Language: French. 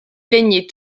plaignez